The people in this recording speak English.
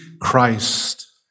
Christ